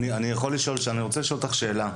אני רוצה לשאול אותך שאלה.